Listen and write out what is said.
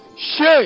Shame